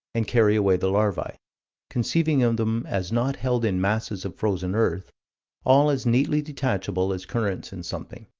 and carry away the larvae conceiving of them as not held in masses of frozen earth all as neatly detachable as currants in something.